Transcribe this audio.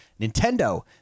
Nintendo